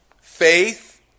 faith